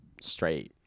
straight